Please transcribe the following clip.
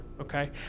okay